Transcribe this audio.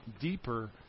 deeper